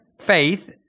faith